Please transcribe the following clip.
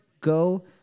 Go